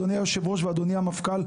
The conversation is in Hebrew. אדוני היושב-ראש ואדוני המפכ"ל,